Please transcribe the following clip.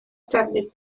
defnydd